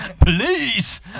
Please